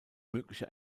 mögliche